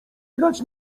grać